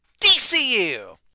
DCU